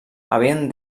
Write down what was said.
havien